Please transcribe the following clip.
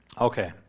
Okay